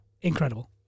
Incredible